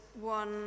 one